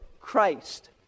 Christ